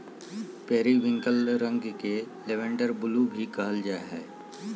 periwinkle रंग के lavender blue भी कहल जा हइ